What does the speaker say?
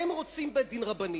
הם רוצים בית-דין רבני,